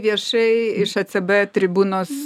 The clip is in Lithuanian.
viešai iš ecb tribūnos